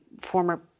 former